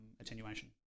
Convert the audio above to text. attenuation